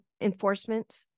enforcement